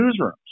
newsrooms